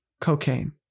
Cocaine